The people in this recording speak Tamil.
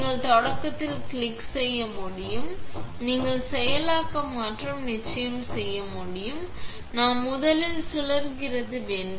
நீங்கள் தொடக்கத்தில் கிளிக் செய்யும் போது நீங்கள் செயலாக்க மற்றும் நிச்சயமாக செய்ய முடியும் நாம் முதலில் சுழல்கிறது வேண்டும்